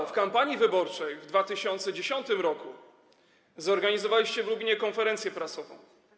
W czasie kampanii wyborczej w 2010 r. zorganizowaliście w Lublinie konferencję prasową.